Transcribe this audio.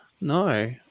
No